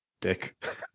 Dick